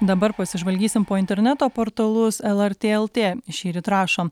dabar pasižvalgysim po interneto portalus lrt lt šįryt rašo